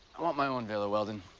i want my own vila, weldon.